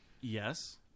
Yes